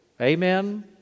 Amen